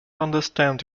understand